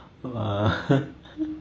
!wah!